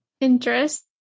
interest